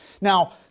Now